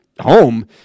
home